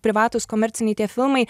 privatūs komerciniai tie filmai